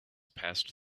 passed